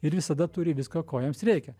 ir visada turi viską ko jiems reikia